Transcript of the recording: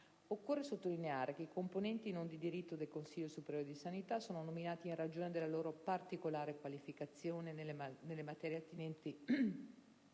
Occorre sottolineare che i componenti non di diritto del Consiglio superiore di sanità sono nominati in ragione della loro particolare qualificazione nelle materie attinenti